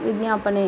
विज्ञापने